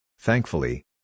Thankfully